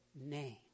name